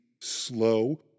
slow